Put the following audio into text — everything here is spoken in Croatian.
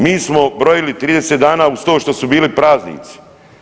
Mi smo brojili 30 dana uz to što su bili praznici.